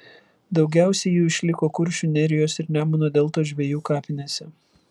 daugiausiai jų išliko kuršių nerijos ir nemuno deltos žvejų kapinėse